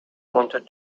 wanted